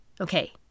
Okay